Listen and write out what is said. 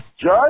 Judge